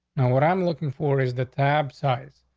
and what i'm looking for is the tab size.